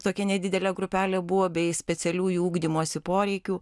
tokia nedidelė grupelė buvo bei specialiųjų ugdymosi poreikių